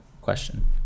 question